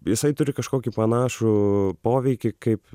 jisai turi kažkokį panašų poveikį kaip